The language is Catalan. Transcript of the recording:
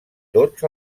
tots